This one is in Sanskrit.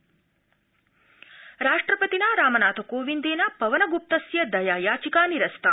राष्ट्रपति राष्ट्रपतिना रामनाथकोविन्देन पवन ग्प्तस्य दया याचिका निरस्ता